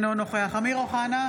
אינו נוכח אמיר אוחנה,